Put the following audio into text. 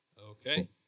Okay